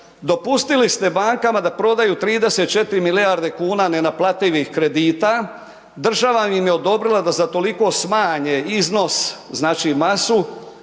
dopustile ste bankama da prodaju 34 milijarde kuna neplativih kredita, država im je odobrila da za toliko smanje iznos znači masu